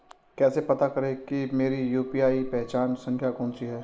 कैसे पता करें कि मेरी यू.पी.आई पहचान संख्या कौनसी है?